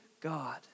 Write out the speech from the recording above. God